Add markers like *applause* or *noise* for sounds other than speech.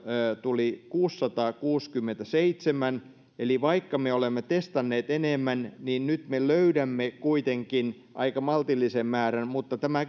tuli kuusisataakuusikymmentäseitsemän eli vaikka me olemme testanneet enemmän niin nyt me löydämme kuitenkin aika maltillisen määrän mutta tämä *unintelligible*